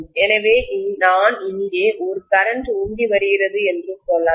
எனவே நான் இங்கே ஒரு கரண்ட் உந்தி வருகிறது என்று சொல்லலாம்